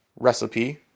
recipe